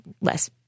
less